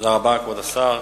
תודה רבה, כבוד השר.